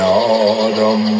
autumn